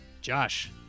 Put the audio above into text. Josh